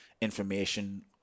information